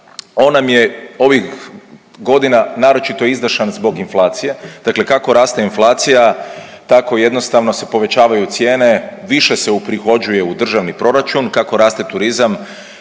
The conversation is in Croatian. nam je ovih godina naročito izdašan zbog inflacije, dakle kako raste inflacija tako jednostavno se povećavaju cijene, više se uprihođuje u državni proračun kako raste turizam